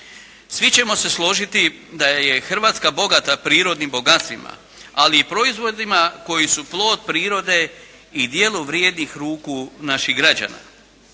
Svi ćemo se složiti da je Hrvatska bogata prirodnim bogatstvima, ali i proizvodima koji su plod prirode i djelo vrijednih ruku naših građana.